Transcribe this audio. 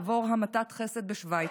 לעבור המתת חסד בשווייץ.